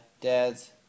dad's